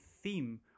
theme